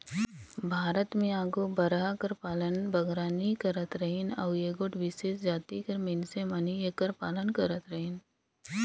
भारत में आघु बरहा कर पालन बगरा नी करत रहिन अउ एगोट बिसेस जाति कर मइनसे मन ही एकर पालन करत रहिन